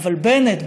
אבל בנט,